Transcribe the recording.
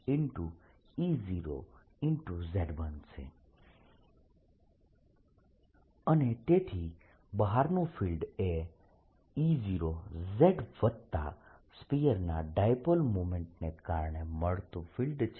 Pe0Ee03K2E0z3eK20E0z અને તેથી બહારનું ફિલ્ડ એ E0z વત્તા સ્ફીયરના ડાયપોલ મોમેન્ટને કારણે મળતું ફિલ્ડ છે